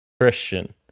Christian